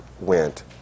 went